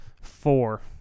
Four